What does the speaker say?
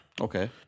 Okay